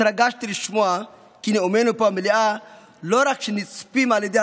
התרגשתי לשמוע כי נאומינו פה במליאה לא רק שנצפים על ידי